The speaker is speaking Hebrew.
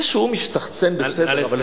זה שהוא משתחצן, בסדר, נא לסיים.